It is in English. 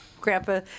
grandpa